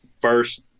first